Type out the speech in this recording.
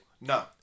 No